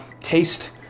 taste